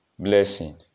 Blessing